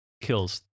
kills